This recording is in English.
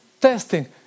testing